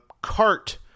cart